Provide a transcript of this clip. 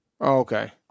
Okay